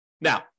Now